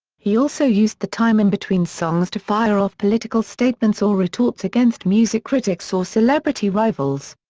he also used the time in-between songs to fire off political statements or retorts against music critics or celebrity rivals.